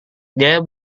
dia